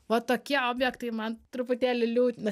va tokie objektai man truputėlį liūdina